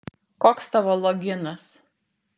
koks tavo loginas